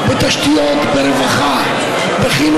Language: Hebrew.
הוא לקח את לחיצת היד שלי,